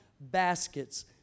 baskets